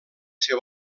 ser